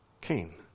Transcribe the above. Cain